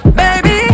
baby